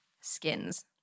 skins